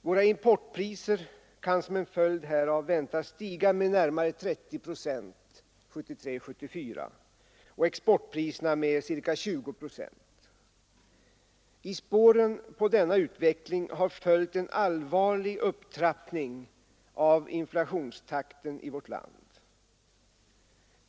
Våra importpriser kan som en följd härav väntas stiga med närmare 30 procent 1973-1974 och exportpriserna med ca 20 procent. I spåren på denna utveckling har följt en allvarlig upptrappning av inflationstakten i vårt land.